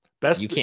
Best